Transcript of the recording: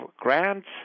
grants